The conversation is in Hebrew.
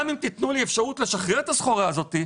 גם אם תתנו לי לשחרר את הסחורה הזאת,